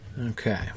Okay